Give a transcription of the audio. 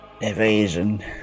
Evasion